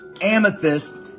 Amethyst